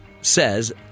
says